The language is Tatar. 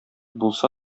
булса